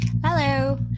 Hello